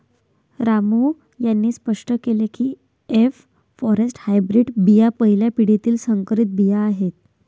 रामू यांनी स्पष्ट केले की एफ फॉरेस्ट हायब्रीड बिया पहिल्या पिढीतील संकरित बिया आहेत